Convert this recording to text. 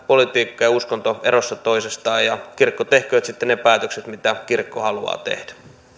politiikka ja uskonto erossa toisistaan ja kirkko tehköön sitten ne päätökset mitä kirkko haluaa tehdä